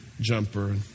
jumper